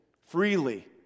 freely